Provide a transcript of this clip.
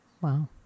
wow